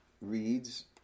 reads